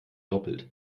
doppelt